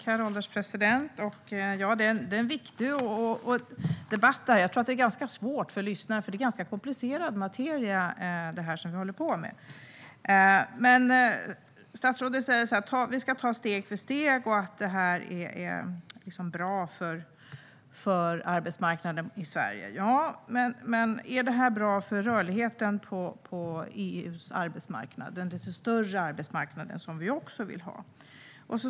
Herr ålderspresident! Detta är en viktig debatt. Jag tror att det är ganska svårt att lyssna på den, för det är en ganska komplicerad materia. Statsrådet säger att vi ska ta steg för steg och att det här är bra för arbetsmarknaden i Sverige. Ja, men är det bra för rörligheten på EU:s arbetsmarknad, den lite större arbetsmarknaden som vi också vill ha?